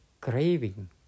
craving